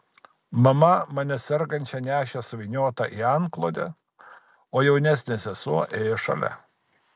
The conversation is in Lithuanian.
mama mane sergančią nešė suvyniotą į antklodę o jaunesnė sesuo ėjo šalia